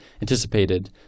anticipated